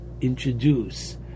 introduce